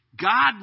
God